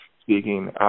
speaking